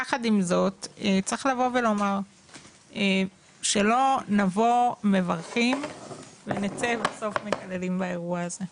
יחד עם זאת צריך לומר שלא נבוא מברכים ונצא בסוף מקללים באירוע הזה.